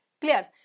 clear